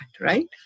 right